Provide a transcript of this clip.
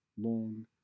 long